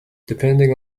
depending